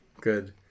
Good